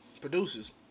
Producers